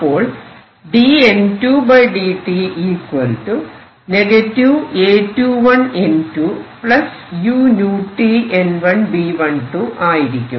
അപ്പോൾ dN2dt A21N2 uTN1B12 ആയിരിക്കും